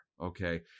okay